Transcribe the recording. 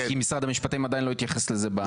כי משרד המשפטים עדיין לא התייחס לזה.